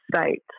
state